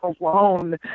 alone